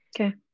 Okay